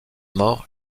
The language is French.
mort